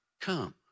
come